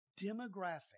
demographic